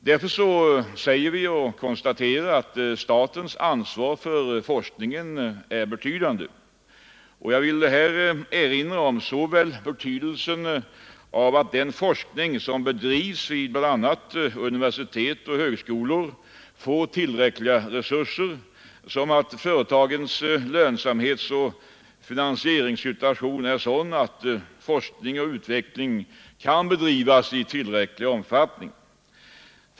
Därför anser vi, att statens ansvar för forskningen är betydande. Jag vill här erinra om betydelsen såväl av att den forskning som bedrivs vid bl.a. universitet och högskolor får tillräckliga resurser som av att företagens lönsamhetsoch finansieringssituation är sådan att forskning och utveckling kan bedrivas i tillräcklig omfattning.